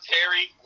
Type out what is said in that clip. Terry